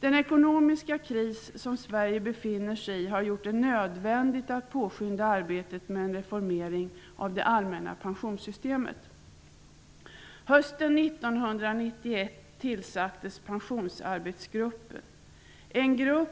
Den ekonomiska kris som Sverige befinner sig i har gjort det nödvändigt att påskynda arbetet med en reformering av det allmänna pensionssystemet. den gruppen ingick personer